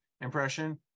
impression